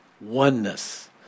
Oneness